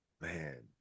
man